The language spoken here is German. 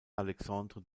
alexandre